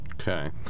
Okay